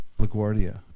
LaGuardia